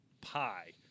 pie